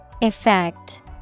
Effect